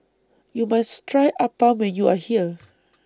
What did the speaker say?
YOU must Try Appam when YOU Are here